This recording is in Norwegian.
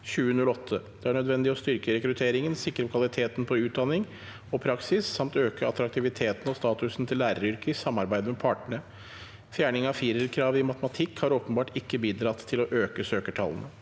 2008. Det er nødvendig å styrke rekrutteringen, sikre kvaliteten på utdanning og praksis samt øke attraktiviteten og statusen til læreryrket i samarbeid med partene. Fjerning av firer- kravet i matematikk har åpenbart ikke bidratt til å øke søkertallene.